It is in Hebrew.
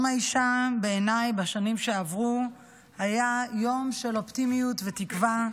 בעיניי יום האישה בשנים שעברו היה יום של אופטימיות ותקווה: